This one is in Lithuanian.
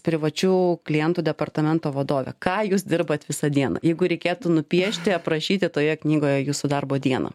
privačių klientų departamento vadovė ką jūs dirbat visą dieną jeigu reikėtų nupiešti aprašyti toje knygoje jūsų darbo dieną